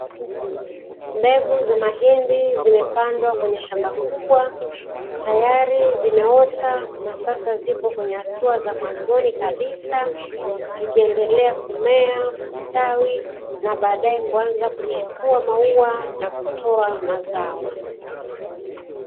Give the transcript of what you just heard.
Mbegu za mahindi zimepandwa kwenye shamba kubwa, tayari zimeota na sasa zipo kwenye hatua za mwanzoni kabisa, zikiendelea kumea, kustawi na baadae kuanza kuchipua maua na kutoa mazao.